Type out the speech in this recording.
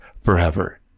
forever